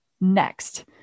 Next